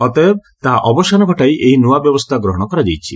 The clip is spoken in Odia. ଅତଏବ ତାହା ଅବସାନ ଘଟାଇ ଏହି ନୂଆ ବ୍ୟବସ୍ଥା ଗ୍ରହଣ କରାଯାଇଛି